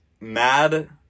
mad